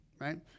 Right